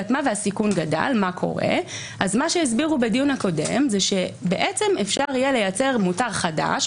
מה שהסבירו בדיון הקודם זה שאפשר יהיה לייצר מוצר חדש,